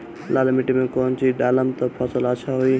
लाल माटी मे कौन चिज ढालाम त फासल अच्छा होई?